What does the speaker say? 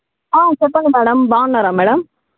చెప్పండి మేడం బాగున్నారా మేడం